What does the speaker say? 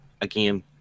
again